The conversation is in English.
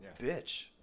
bitch